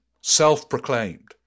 self-proclaimed